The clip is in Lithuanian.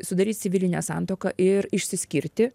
sudaryt civilinę santuoką ir išsiskirti